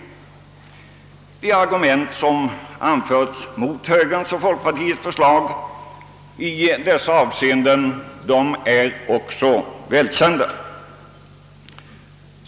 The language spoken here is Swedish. Också de argument som anförts mot högerns och folkpartiets förslag i detta hänseende är välkända.